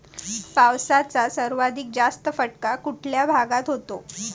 पावसाचा सर्वाधिक जास्त फटका कुठल्या भागात होतो?